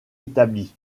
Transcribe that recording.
établi